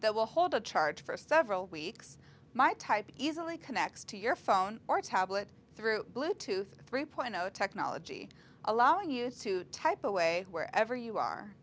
that will hold a charge for several weeks my type easily connects to your phone or tablet through bluetooth three point zero technology allowing you to type away where ever you are